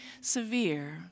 severe